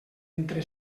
entre